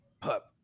pup